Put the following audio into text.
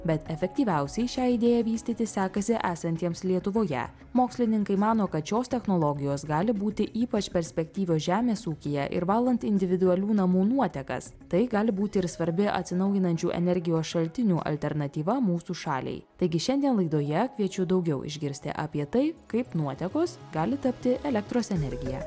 bet efektyviausiai šią idėją vystyti sekasi esantiems lietuvoje mokslininkai mano kad šios technologijos gali būti ypač perspektyvios žemės ūkyje ir valant individualių namų nuotekas tai gali būti ir svarbi atsinaujinančių energijos šaltinių alternatyva mūsų šaliai taigi šiandien laidoje kviečiu daugiau išgirsti apie tai kaip nuotekos gali tapti elektros energija